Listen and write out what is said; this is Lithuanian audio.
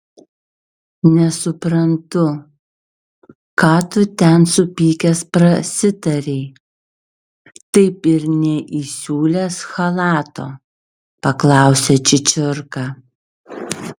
nesuprantu ką tu ten supykęs prasitarei taip ir neįsiūlęs chalato paklausė čičirka